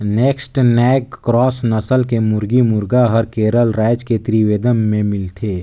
naked neck cross नसल के मुरगी, मुरगा हर केरल रायज के त्रिवेंद्रम में मिलथे